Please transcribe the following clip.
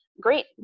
Great